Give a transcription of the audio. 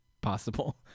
possible